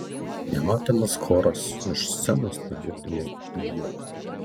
nematomas choras už scenos negirdimai gieda